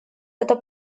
эта